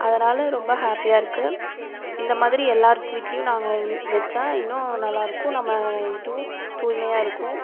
அதனால் ரொம்ப ஹாப்பியாகருக்கு இந்த மாதிரி எல்லாருத்து வீட்லேயும் நாங்கள் வெச்சால் இன்னும் நல்லாயிருக்கும் நம்ம இதுவும் தூய்மையாகருக்கும்